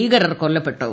ഭീകരർ കൊല്ലപ്പെട്ടു